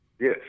Yes